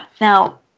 Now